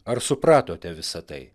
ar supratote visa tai